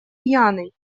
пьяный